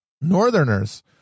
northerners